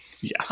Yes